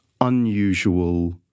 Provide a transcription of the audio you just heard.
unusual